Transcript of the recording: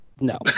No